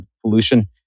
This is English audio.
pollution